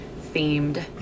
themed